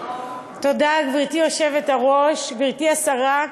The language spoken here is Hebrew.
גברתי היושבת-ראש, תודה, גברתי השרה,